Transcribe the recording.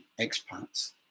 expats